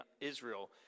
Israel